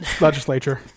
Legislature